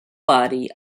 body